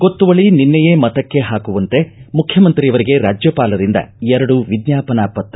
ಗೊತ್ತುವಳಿ ನಿನ್ನೆಯೇ ಮತಕ್ಕೆ ಹಾಕುವಂತೆ ಮುಖ್ಯಮಂತ್ರಿಯವರಿಗೆ ರಾಜ್ಜಪಾಲರಿಂದ ಎರಡು ವಿಜ್ಜಾಪನಾ ಪತ್ರ